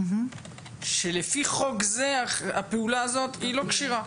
שלפי חוק זה הפעולה לא כשרה,